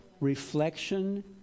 reflection